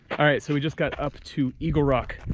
alright so we just got up to eagle rock.